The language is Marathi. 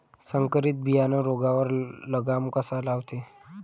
संकरीत बियानं रोगावर लगाम कसा लावते?